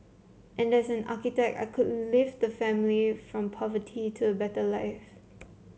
and as an architect I could lift the family from poverty to a better life